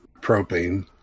propane